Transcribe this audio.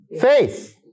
faith